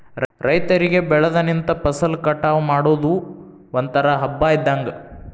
ರೈತರಿಗೆ ಬೆಳದ ನಿಂತ ಫಸಲ ಕಟಾವ ಮಾಡುದು ಒಂತರಾ ಹಬ್ಬಾ ಇದ್ದಂಗ